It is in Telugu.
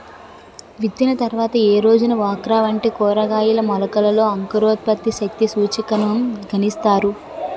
విత్తిన తర్వాత ఏ రోజున ఓక్రా వంటి కూరగాయల మొలకలలో అంకురోత్పత్తి శక్తి సూచికను గణిస్తారు?